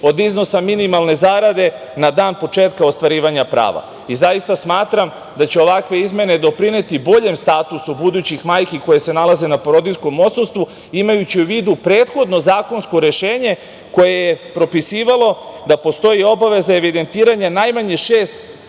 od iznosa minimalne zarade, na dan početka ostvarivanja prava. Zaista smatram da će ovakve izmene doprineti boljem statusu budućih majki koje se nalaze na porodiljskom odsustvu, imajući u vidu prethodno zakonsko rešenje koje je propisivalo da postoji obaveza evidentiranja najmanje 6